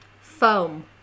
Foam